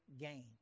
gain